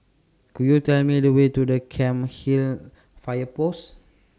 Could YOU Tell Me The Way to The Cairnhill Fire Post